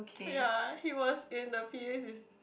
ya he was in the p_a sys~